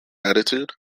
attitude